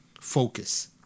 Focus